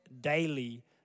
Daily